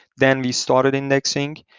then we started indexing,